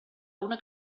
una